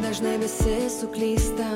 dažnai visi suklysta